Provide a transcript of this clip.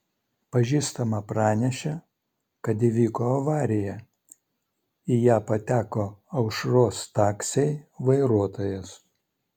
pažįstama pranešė kad įvyko avarija į ją pateko aušros taksiai vairuotojas